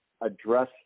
address